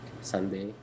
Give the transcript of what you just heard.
sunday